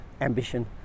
ambition